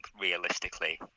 realistically